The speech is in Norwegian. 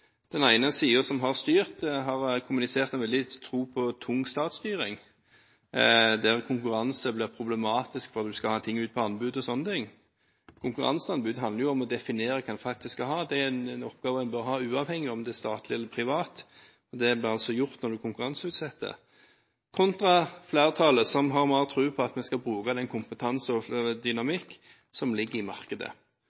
Den ene siden, som har styrt, har kommunisert en veldig tro på tung statsstyring, der konkurranse blir problematisk for om man skal legge ting ut på anbud og sånne ting. Konkurranseanbud handler jo om å definere hva en faktisk skal ha. Det er en oppgave en bør ha uavhengig av om det er statlig eller privat. Det blir altså gjort når man konkurranseutsetter. Dette i kontrast til flertallet, som har mer tro på at vi skal bruke den kompetanse og